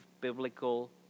biblical